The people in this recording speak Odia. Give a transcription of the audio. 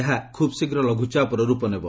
ଏହା ଖୁବ୍ ଶୀଘ୍ର ଲଘୁଚାପର ରୂପ ନେବ